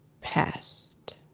past